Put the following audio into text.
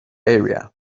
area